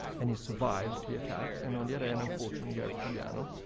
and he survived the attack. and on the other hand, unfortunately, you have giuliano,